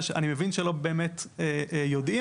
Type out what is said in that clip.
אנחנו ממתינים לאישור של ה-FDA שצפוי --- אנחנו ממתינים,